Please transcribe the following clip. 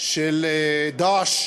של "דאעש",